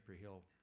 Hill